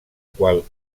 qual